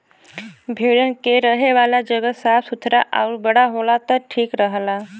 भेड़न के रहे वाला जगह साफ़ सुथरा आउर बड़ा होला त ठीक रहला